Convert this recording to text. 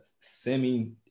semi